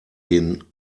den